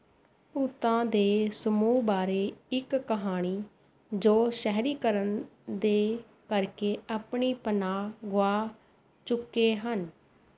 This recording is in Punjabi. ਭੂਤਾਂ ਦੇ ਸਮੂਹ ਬਾਰੇ ਇੱਕ ਕਹਾਣੀ ਜੋ ਸ਼ਹਿਰੀਕਰਨ ਦੇ ਕਰਕੇ ਆਪਣੀ ਪਨਾਹ ਗੁਆ ਚੁੱਕੇ ਹਨ